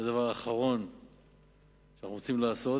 זה הדבר האחרון שאנחנו רוצים לעשות,